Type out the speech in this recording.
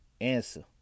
Answer